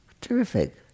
Terrific